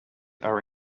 are